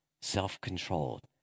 self-controlled